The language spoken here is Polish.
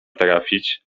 trafić